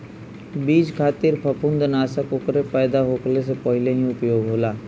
बीज खातिर फंफूदनाशक ओकरे पैदा होखले से पहिले ही उपयोग होला